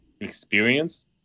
experience